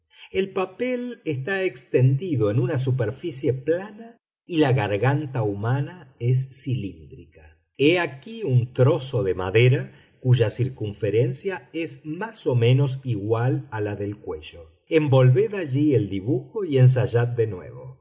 el papel está extendido en una superficie plana y la garganta humana es cilíndrica he aquí un trozo de madera cuya circunferencia es más o menos igual a la del cuello envolved allí el dibujo y ensayad de nuevo